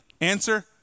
Answer